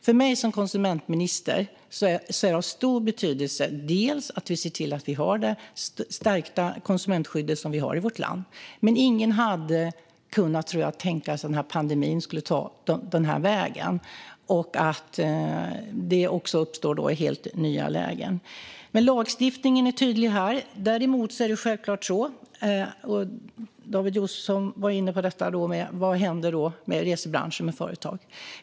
För mig som konsumentminister är det av stor betydelse att vi ser till att ha det stärkta konsumentskydd vi har i vårt land, men jag tror inte att någon hade kunnat tänka sig att pandemin skulle ta den här vägen. I och med det uppstår helt nya lägen. Lagstiftningen är tydlig här, men David Josefsson var inne på detta med vad som då händer med resebranschen och företagen.